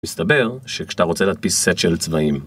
מסתבר שכשאתה רוצה להדפיס סט של צבעים